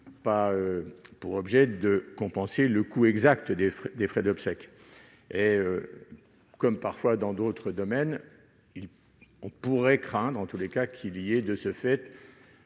pas pour objet de compenser le coût exact des frais d'obsèques, et, comme parfois dans d'autres domaines, on pourrait craindre qu'il n'y ait, de ce fait,